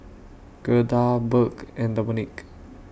Gerda Burk and Dominique